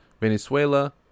venezuela